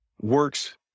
works